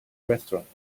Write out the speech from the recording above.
restaurant